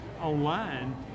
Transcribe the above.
online